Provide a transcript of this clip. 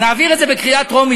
נעביר את זה בקריאה טרומית,